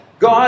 God